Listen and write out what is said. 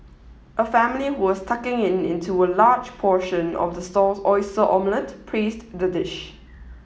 a family who was tucking in into a large portion of the stall's oyster omelette praised the dish